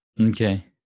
Okay